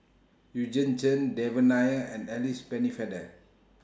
Eugene Chen Devan Nair and Alice Pennefather